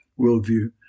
worldview